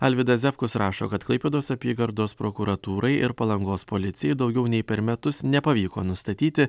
alvydas ziabkus rašo kad klaipėdos apygardos prokuratūrai ir palangos policijai daugiau nei per metus nepavyko nustatyti